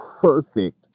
perfect